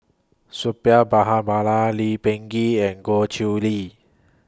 Suppiah Lee Peh Gee and Goh Chiew Lye